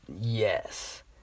Yes